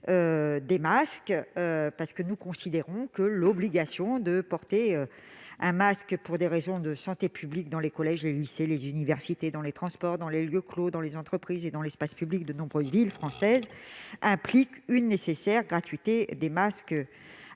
des masques. Nous considérons que l'obligation de porter un masque pour des raisons de santé publique, dans les collèges, les lycées et les universités, dans les transports, les lieux clos, les entreprises et l'espace public de nombreuses villes françaises, implique cette gratuité : c'est